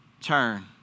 Turn